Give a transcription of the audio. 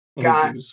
got